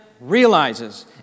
realizes